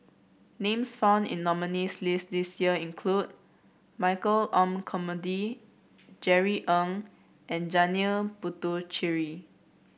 names found in the nominees' list this year include Michael Olcomendy Jerry Ng and Janil Puthucheary